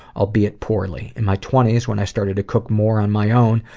albeit poorly. in my twenty s, when i started to cook more on my own,